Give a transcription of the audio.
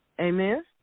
Amen